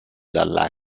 dalla